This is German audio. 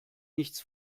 nichts